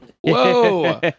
Whoa